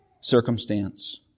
circumstance